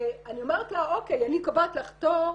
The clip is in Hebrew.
ואני אומרת לה, אוקיי, אני קובעת לך תור.